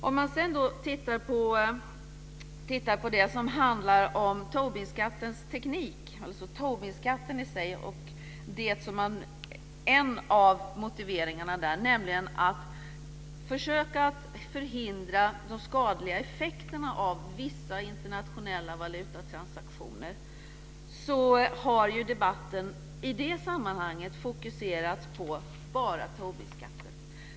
Om man sedan tittar på det som handlar om Tobinskattens teknik, alltså Tobinskatten i sig, och en av motiveringarna där, nämligen att försöka förhindra de skadliga effekterna av vissa internationella valutatransaktioner, så har ju debatten i det sammanhanget fokuserats på bara Tobinskatten.